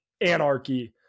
anarchy